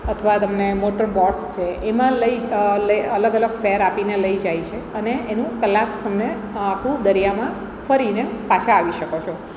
અથવા તમને motor boats છે એમાં અલગ અલગ ફેર આપીને લઈ જાય છે અને એનું કલાક તમને આખું દરિયામાં ફરીને પાછા આવી શકો છો